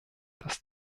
das